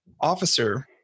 officer